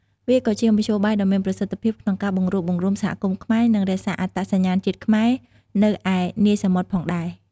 វាក៏ជាមធ្យោបាយដ៏មានប្រសិទ្ធភាពក្នុងការបង្រួបបង្រួមសហគមន៍ខ្មែរ និងរក្សាអត្តសញ្ញាណជាតិខ្មែរនៅឯនាយសមុទ្រផងដែរ។